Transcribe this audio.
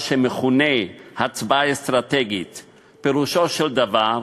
מה שמכונה "הצבעה אסטרטגית"; פירושו של דבר,